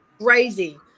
crazy